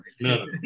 No